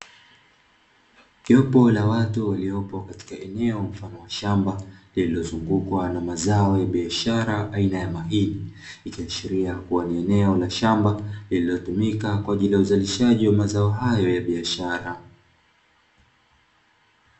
Jopo la watu waliopo katika eneo mfano wa shamba, lililozungukwa na mazao ya biashara aina ya mahindi. Ikiashiria kuwa ni eneo la shamba lililotumika kwa ajili ya uzalishaji wa mazao hayo ya biashara.